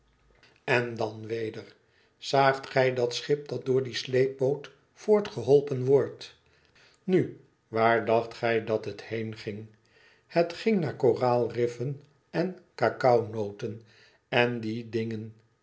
n dan weder zaagt gij dat schip dat door die sleepboot voorgeholpen wordt nu waar dacht gij dat het heen ging het ging naar koraalriffen en kakao noten en die dingen